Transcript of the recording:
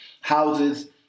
houses